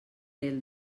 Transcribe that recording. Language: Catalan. del